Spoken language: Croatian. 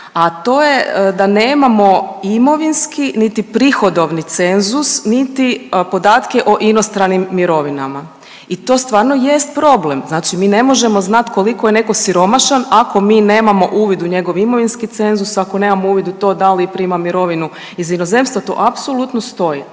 a to je da nemamo imovinski niti prihodovni cenzus niti podatke o inostranim mirovinama i to stvarno jest problem. Znači mi ne možemo znat koliko je neko siromašan ako mi nemamo uvid u njegov imovinski cenzus, ako nemamo uvid u to da li prima mirovinu iz inozemstva, to apsolutno stoji,